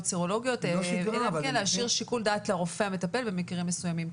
סרולוגיות אלא להשאיר שיקול דעת לרופא המטפל במקרים מסוימים.